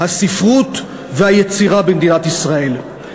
הספרות והיצירה במדינת ישראל.